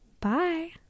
Bye